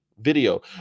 video